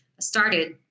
started